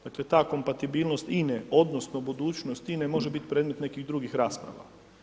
Dakle, ta kompatibilnost INA-e odnosno, budućnost INA-e može biti predmet nekih drugih rasprava.